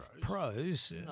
Pros